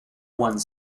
one